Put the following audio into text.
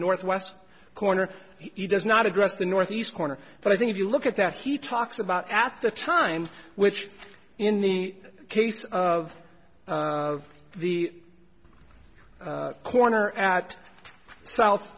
northwest corner he does not address the northeast corner but i think if you look at that he talks about at the time which in the case of the corner at south